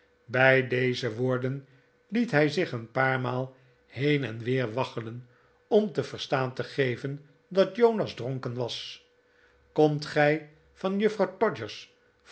bij deze woorden liet hij zich een paar maal heen en weer waggelen om te verstaan te geven dat jonas dronken was komt gij van juffrouw